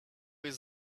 jest